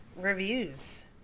Reviews